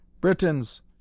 Britons